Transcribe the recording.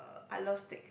I love steak